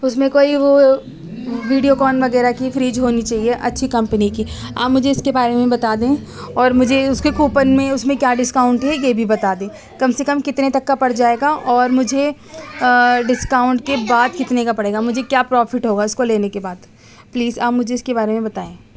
اس میں کوئی وہ ویڈیوکون وغیرہ کی فریج ہونی چاہیے اچھی کمپنی کی آپ مجھے اس کے بارے میں بتا دیں اور مجھے اس کے كوپن میں اس میں كیا ڈسكاؤنٹ ہے یہ بھی بتا دیں کم سے کم کتنے تک کا پڑ جائے گا اور مجھے ڈسكاؤنٹ كے بعد كتنے كا پڑے گا مجھے کیا پروفٹ ہوگا اس کو لینے کے بعد پلیز آپ مجھے اس کے بارے میں بتائیں